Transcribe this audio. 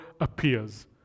appears